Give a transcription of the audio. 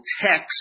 text